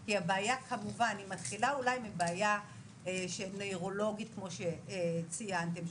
כי הבעיה כמובן מתחילה אולי מבעיה נוירולוגית כמו שציינתם,